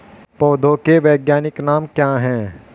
पौधों के वैज्ञानिक नाम क्या हैं?